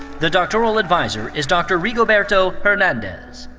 the doctoral adviser is dr. rigoberto fernandez.